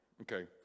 okay